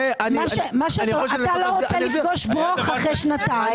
אתה לא רוצה לפגוש ברוֹךְ אחרי שנתיים,